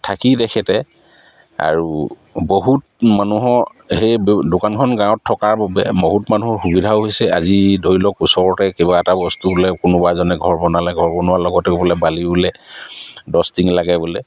থাকি তেখেতে আৰু বহুত মানুহৰ সেই দোকানখন গাঁৱত থকাৰ বাবে বহুত মানুহৰ সুবিধাও হৈছে আজি ধৰি লওক ওচৰতে কিবা এটা বস্তু বোলে কোনোবা এজনে ঘৰ বনালে ঘৰ বনোৱাৰ লগতে বোলে বালিও বোলে দহটিং লাগে বোলে